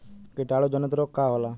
कीटाणु जनित रोग का होला?